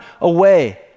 away